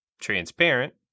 transparent